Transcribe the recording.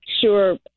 sure